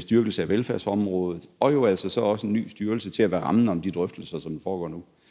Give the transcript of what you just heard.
styrkelse af velfærdsområdet og jo altså så også en ny styrelse til at være rammen om de drøftelser, som foregår nu.